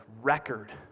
record